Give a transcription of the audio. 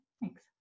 thanks